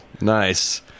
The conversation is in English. Nice